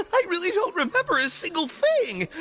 i really don't remember a single thing.